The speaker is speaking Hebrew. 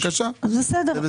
בסדר.